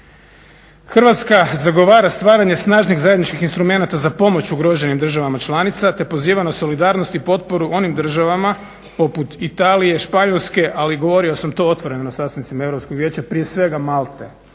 Hrvatska zagovora stvaranje snažnih zajedničkih instrumenata za pomoć ugroženim državama članica te poziva na solidarnost i potporu onim državama poput Italije, Španjolske ali govorio sam to otvoreno na sastancima Europskog vijeća, prije svega Malte